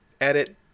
edit